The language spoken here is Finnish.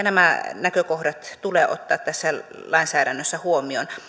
nämä näkökohdat tulee ottaa tässä lainsäädännössä huomioon